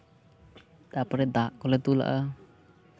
ᱛᱟᱨᱯᱚᱨᱮ ᱫᱟᱜ ᱠᱚᱞᱮ ᱫᱩᱞᱟᱜᱼᱟ